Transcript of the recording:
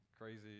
crazy